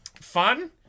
Fun